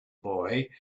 boy